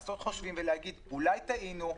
לחשוב שוב ולהגיד: אולי טעינו,